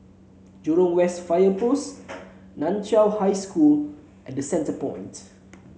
Jurong West Fire Post Nan Chiau High School and Centrepoint